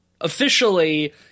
officially